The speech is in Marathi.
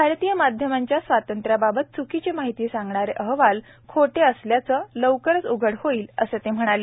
भारतीय माध्यमांच्या स्वातंत्र्याबाबत च्कीची माहिती सांगणारे अहवाल खोटे असल्याचं लवकरच उघड होईल असं ते म्हणाले